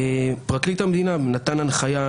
פרקליט המדינה נתן הנחיה,